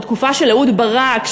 בתקופה של אהוד ברק,